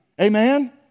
Amen